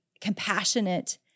compassionate